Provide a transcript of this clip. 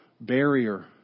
barrier